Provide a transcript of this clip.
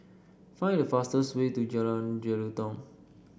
find the fastest way to Jalan Jelutong